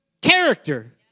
character